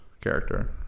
character